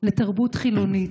לתרבות חילונית.